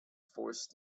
forced